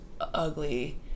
ugly